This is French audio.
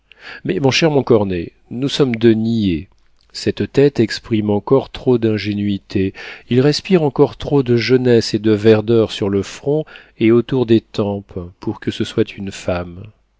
mais mon cher montcornet nous sommes deux niais cette tête exprime encore trop d'ingénuité il respire encore trop de jeunesse et de verdeur sur le front et autour des tempes pour que ce soit une femme